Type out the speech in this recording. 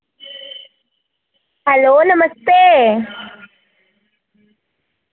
hello नमस्ते